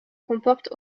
comporte